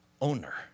owner